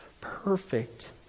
perfect